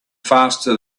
faster